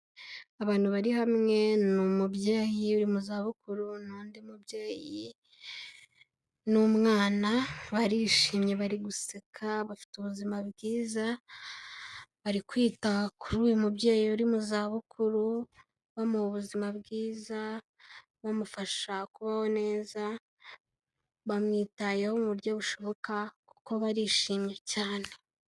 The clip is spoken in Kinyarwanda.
Abantu bari hamwe ni umubyeyi uri mu zabukuru, n'undi mubyeyi, n'umwana, barishimye bari guseka, bafite ubuzima bwiza, bari kwita kuri uyu mubyeyi uri mu zabukuru, bamuha ubuzima bwiza, bamufasha kubaho neza, bamwitayeho mu buryo bushoboka, kuko barishimye cyane.